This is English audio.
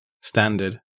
standard